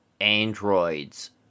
androids